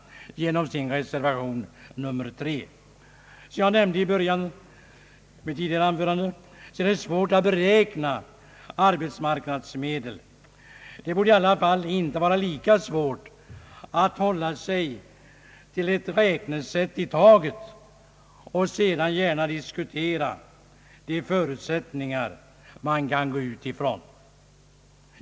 Som jag nämnde i mitt tidigare anförande är det alltid svårt att beräkna arbetsmarknadsmedel. Det borde i alla fall inte vara lika svårt att hålla sig till ett enda räknesätt i taget och sedan gärna diskutera de förutsättningar man kan gå ut ifrån.